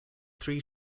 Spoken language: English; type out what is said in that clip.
three